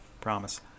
promise